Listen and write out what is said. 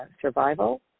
survival